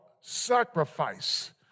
sacrifice